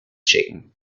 schicken